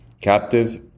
Captives